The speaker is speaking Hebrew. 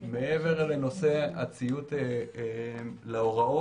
מעבר לנושא הציות להוראות,